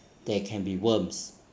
there can be worms